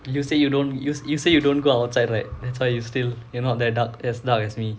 you say you don't you you say you don't go outside right that's why you still you're not that dark as dark as me